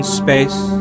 space